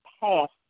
past